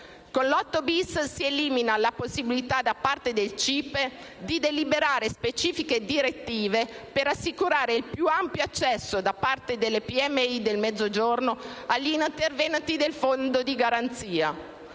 Con l'8-*bis* si elimina la possibilità da parte del CIPE di deliberare specifiche direttive per assicurare il più ampio accesso, da parte delle PMI del Mezzogiorno agli interventi del Fondo di garanzia.